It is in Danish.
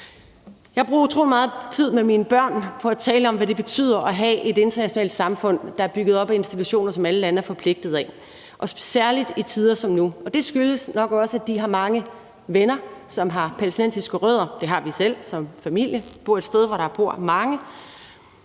Jeg bruger utrolig meget tid med mine børn på at tale om, hvad det betyder at have et internationalt samfund, der er bygget op af institutioner, som alle lande er forpligtet af, og særlig i tider som nu. Det skyldes nok også, at de har mange venner, som har palæstinensiske rødder – det har vi som familie; vi bor et sted, hvor der bor mange